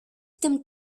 tym